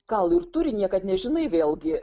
gal ir turi niekad nežinai vėlgi